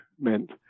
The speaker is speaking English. meant